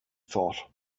thought